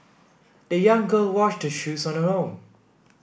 the young girl washed her shoes on her own